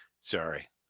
sorry